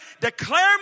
Declare